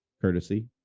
courtesy